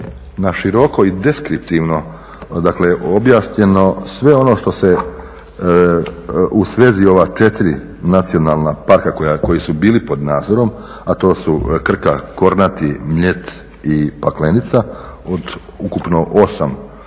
naširoko i deskriptivno dakle objašnjeno sve ono što se u svezi ova 4 nacionalna parka koji su bili pod nadzorom a to su Krka, Kornati, Mljet i Paklenica od ukupno 8